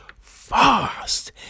fast